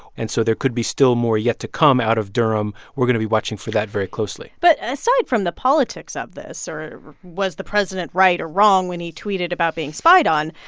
and so there could be still more yet to come out of durham. we're going to be watching for that very closely but aside from the politics of this or was the president right or wrong when he tweeted about being spied on,